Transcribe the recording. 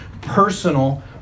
personal